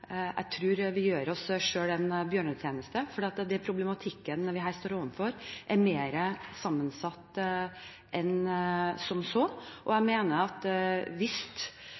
jeg tror vi gjør oss selv en bjørnetjeneste, for problematikken vi her står overfor, er mer sammensatt enn som så. Hvis man tar utgangspunkt i at